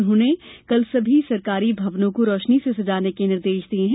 उन्होंने कल सभी सरकारी भवनों को रोशनी से सजाने के निर्देश दिये हैं